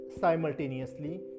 simultaneously